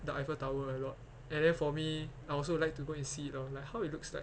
the eiffel tower a lot and then for me I also like to go and see it lor like how it looks like